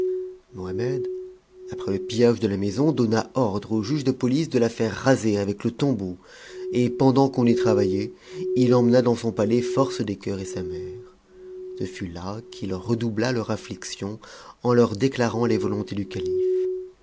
mohammed après le pillage de la maison donna ordre au juge de pouce de la faire raser avec le tombeau et pendant qu'on y travaillait euunena dans son palais force des cœurs et sa mère ce fut à qu'i redoubla leur affliction en leur déclarant les volontés du calife